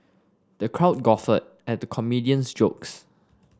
the crowd guffawed at the comedian's jokes